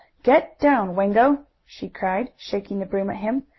get down, wango! she cried, shaking the broom at him.